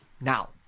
now